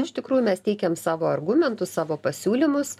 iš tikrųjų mes teikiam savo argumentus savo pasiūlymus